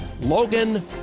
Logan